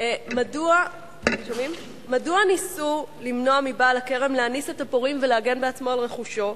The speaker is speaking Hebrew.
מדוע ניסו למנוע מבעל הכרם להניס את הפורעים ולהגן בעצמו על רכושו?